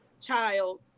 child